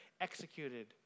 executed